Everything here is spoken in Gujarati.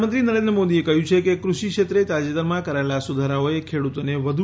પ્રધાનમંત્રી નરેન્દ્ર મોદીએ કહ્યું છે કે ક્રષિક્ષેત્રે તાજેતરમાં કરાયેલા સુધારાઓએ ખેડૂતોને વધુ